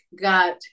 got